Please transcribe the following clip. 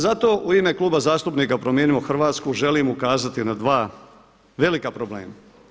Zato u ime Kluba zastupnika Promijenimo Hrvatsku želim ukazati na dva velika problema.